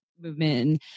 movement